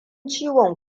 ciwon